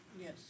Yes